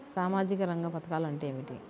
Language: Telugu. సామాజిక రంగ పధకాలు అంటే ఏమిటీ?